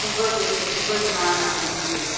ખૂબ જ એટલે ખૂબ જ માન આપ્યું છે